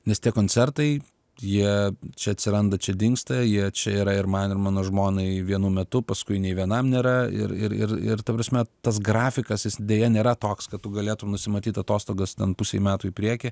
nes tie koncertai jie čia atsiranda čia dingsta jie čia yra ir man ir mano žmonai vienu metu paskui nei vienam nėra ir ir ir ir ta prasme tas grafikas jis deja nėra toks kad tu galėtum nusimatyt atostogas ten pusei metų į priekį